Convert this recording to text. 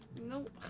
Nope